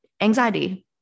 anxiety